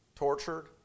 tortured